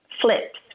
flips